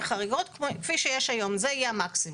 18 ימי חריגות, כפי שיש היום, זה יהיה המקסימום.